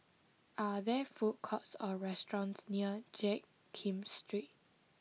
are there food courts or restaurants near Jiak Kim Street